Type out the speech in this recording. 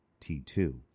T2